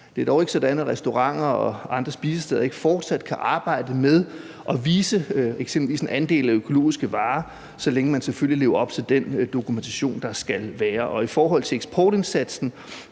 Det er dog ikke sådan, at restauranter og andre spisesteder ikke fortsat kan arbejde med at vise eksempelvis en andel af økologiske varer, så længe man selvfølgelig lever op til de dokumentationskrav, der er. I forhold til eksportindsatsen